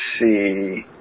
see